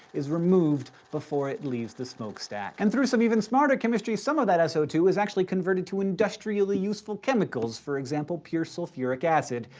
is removed before it leaves the smoke stack. and through some even smarter chemistry, some of that s o two is actually converted to industrially useful chemicals. for example, pure sulfuric acid,